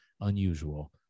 unusual